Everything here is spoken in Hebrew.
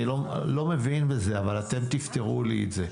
אני לא מבין בזה, אבל אתם תפתרו לי את זה.